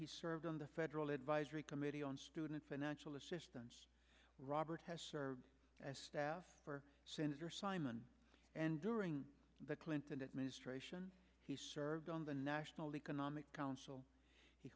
he served on the federal advisory committee on student financial assistance robert has served as staff for senator simon and during the clinton administration he served on the national economic council